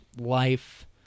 life